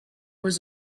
was